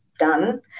done